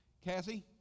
Cassie